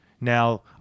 Now